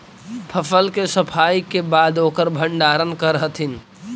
फसल के सफाई के बाद ओकर भण्डारण करऽ हथिन